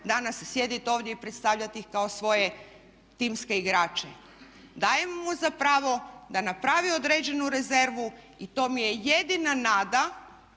danas sjediti ovdje i predstavljati ih kao svoje timske igrače dajem mu za pravo da napravi određenu rezervu. I to mi je jedina nada